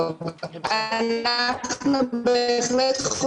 טווח וביניהם גם פעילות מול